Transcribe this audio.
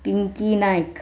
Pinky Naik